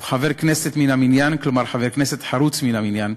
הוא היה חבר כנסת מן המניין,